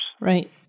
Right